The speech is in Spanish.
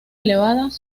elevadas